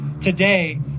today